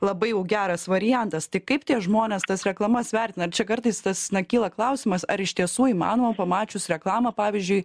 labai geras variantas tik kaip tie žmonės tas reklamas vertina ar čia kartais tas na kyla klausimas ar iš tiesų įmanoma pamačius reklamą pavyzdžiui